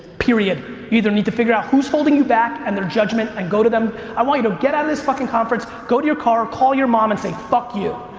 period. you either need to figure out who's holding you back and their judgment, and go to them. i want you to get out of this fucking conference, go to your car, call your mom and say fuck you,